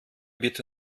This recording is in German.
bitte